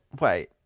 wait